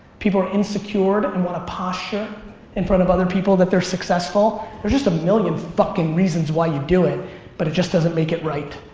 people are insecured and want to posture in front of other people that they're successful. there's just a million fucking reasons why you do it but it just doesn't make it right.